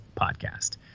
podcast